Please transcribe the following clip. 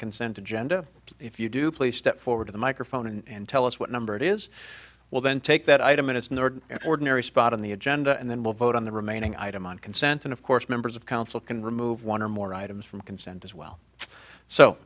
consent agenda if you do please step forward to the microphone and tell us what number it is well then take that item minutes in order ordinary spot on the agenda and then we'll vote on the remaining item on consent and of course members of council can remove one or more items from consent as well so